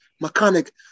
mechanic